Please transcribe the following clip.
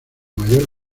mayor